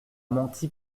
menti